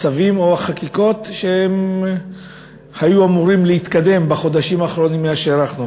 הצווים או החקיקות שהיו אמורים להתקדם בחודשים האחרונים מאז הארכנו.